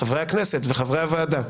חברי הכנסת וחברי הוועדה,